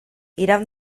iraun